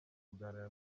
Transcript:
kuganira